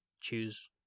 choose